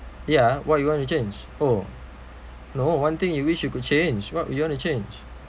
ya what you want to change oh no one thing you wish you could change what will you want to change